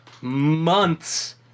months